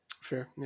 Fair